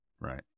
Right